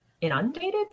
Inundated